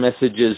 messages